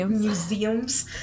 Museums